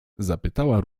zapytała